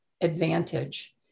advantage